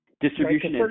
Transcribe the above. Distribution